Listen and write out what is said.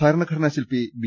ഭരണഘടനാ ശില്പി ബി